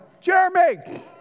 Jeremy